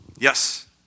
Yes